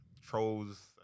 trolls